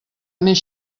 més